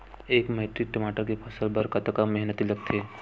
एक मैट्रिक टमाटर के फसल बर कतका मेहनती लगथे?